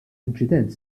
inċident